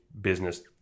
business